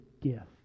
gift